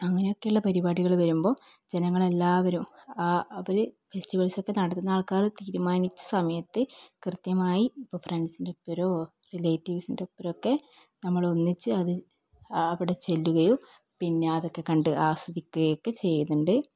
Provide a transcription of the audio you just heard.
അങ്ങനെയൊക്കെയുള്ള പരിപാടികൾ വരുമ്പോൾ ജനങ്ങളെല്ലാവരും ആ അവർ ഫെസ്റ്റിവൽസൊക്കെ നടത്തുന്ന ആൾക്കാർ തീരുമാനിച്ച സമയത്ത് കൃത്യമായി ഇപ്പം ഫ്രണ്ട്സിന് ഒപ്പമൊരു റിലേറ്റീവ്സിൻ്റെ ഒപ്പമൊരു ഒക്കെ നമ്മളൊന്നിച്ച് അത് അവിടെ ചെല്ലുകയും പിന്നെ അതൊക്കെ കണ്ട് ആസ്വദിക്കുകയൊക്കെ ചെയ്യുന്നുണ്ട്